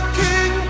king